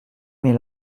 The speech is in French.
mes